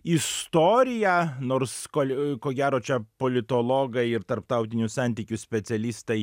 istorija nors kol ko gero čia politologai ir tarptautinių santykių specialistai